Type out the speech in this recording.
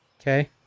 Okay